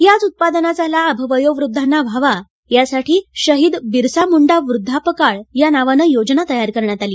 याच उत्पादनाचा लाभ वयोवृध्दांना व्हावा यासाठी शहीद बिरसा मुंडा वृद्धपकाळ या नावानं योजना तयार करण्यात आली